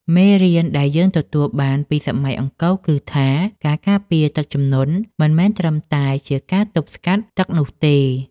មេរៀនដែលយើងទទួលបានពីសម័យអង្គរគឺថា ការការពារទឹកជំនន់មិនមែនត្រឹមតែជាការទប់ស្កាត់ទឹកនោះទេ។